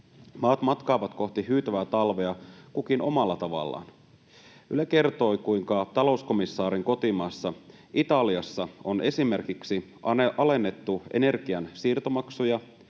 Maat matkaavat kohti hyytävää talvea, kukin omalla tavallaan. Yle kertoi, kuinka talouskomissaarin kotimaassa Italiassa on esimerkiksi alennettu energian siirtomaksuja,